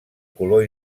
color